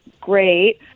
Great